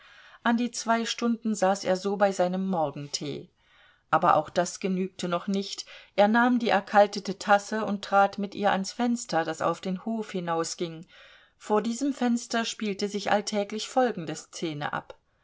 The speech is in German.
an die zwei stunden saß er so bei seinem morgentee aber auch das genügte noch nicht er nahm die erkaltete tasse und trat mit ihr ans fenster das auf den hof hinausging vor diesem fenster spielte sich alltäglich folgende szene ab